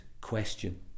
question